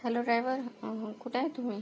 hello driver कुठं आहे तुम्ही